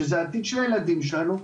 שזה העתיד של הילדים שלנו,